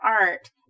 art